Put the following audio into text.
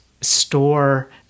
store